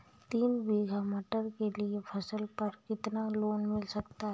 तीन बीघा मटर के लिए फसल पर कितना लोन मिल सकता है?